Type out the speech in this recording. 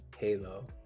Halo